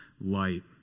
light